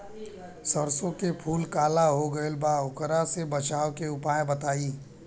सरसों के फूल काला हो गएल बा वोकरा से बचाव के उपाय बताई?